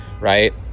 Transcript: right